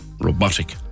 robotic